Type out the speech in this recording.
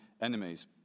enemies